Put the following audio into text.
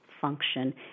function